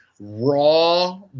Raw